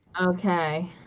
okay